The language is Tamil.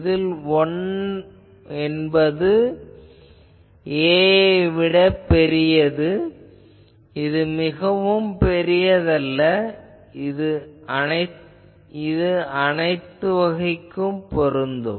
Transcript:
இதில் 1 என்பது a ஐ விடப் பெரியது இது மிகவும் பெரியதல்ல இது அனைத்திற்கும் பொருந்தும்